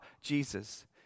Jesus